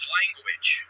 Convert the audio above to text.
language